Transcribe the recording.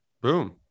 Boom